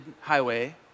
highway